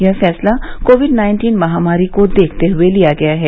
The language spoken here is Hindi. यह फैसला कोविड नाइन्टीन महामारी को देखते हुए लिया गया है